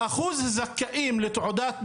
באחוז הזכאים לתעודת בגרות,